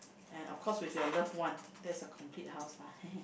and of course with your love one that is a complete house